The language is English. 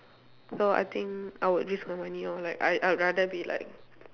so I think I would risk my money lor like I I would rather be like